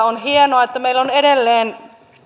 on hienoa että meillä on edelleen